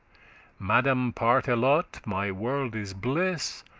madame partelote, my worlde's bliss,